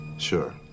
Sure